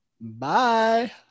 Bye